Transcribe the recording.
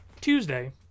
tuesday